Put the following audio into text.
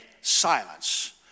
silence